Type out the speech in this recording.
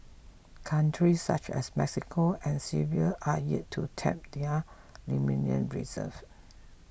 countries such as Mexico and Serbia are yet to tap their lithium reserves